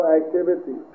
activity